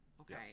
okay